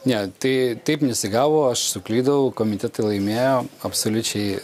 ne tai taip nesigavo aš suklydau komitetai laimėjo absoliučiai